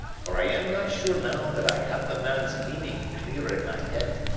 for i am not sure now that i have the man's meaning clear in my head.